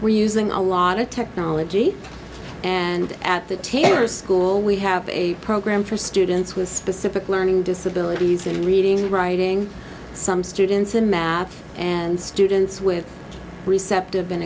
we're using a lot of technology and at the taylor school we have a program for students with specific learning disabilities in reading writing some students in math and students with receptive and